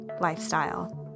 lifestyle